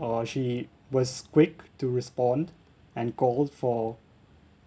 uh she was quick to respond and called for